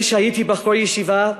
כשהייתי בחור ישיבה,